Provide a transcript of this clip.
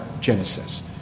Genesis